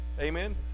Amen